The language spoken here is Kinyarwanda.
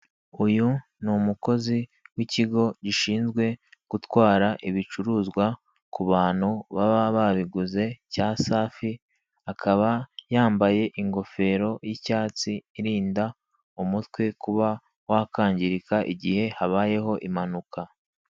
uyu ni umukozi wikigo gishinzwe gutwarara ibicuruzwa ku bantu baba babiguze cya safi akaba yambaye ingofero y'icyatsi irinda umutwe kuba wakwangirika igihe habaye impanuka.